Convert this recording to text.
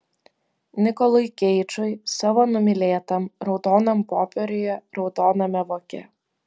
nikolui keidžui savo numylėtam raudonam popieriuje raudoname voke